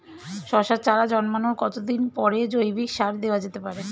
শশার চারা জন্মানোর কতদিন পরে জৈবিক সার দেওয়া যেতে পারে?